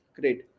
Great